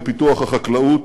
לפיתוח החקלאות,